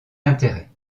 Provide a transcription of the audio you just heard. intérêt